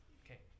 okay